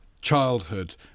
childhood